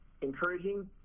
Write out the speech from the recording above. encouraging